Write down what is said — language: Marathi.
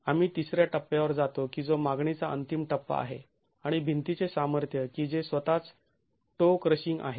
आम्ही तिसऱ्या टप्प्यावर जातो की जो मागणीचा अंतिम टप्पा आहे आणि भिंतीचे सामर्थ्य की जे स्वतःच टो क्रशिंगआहे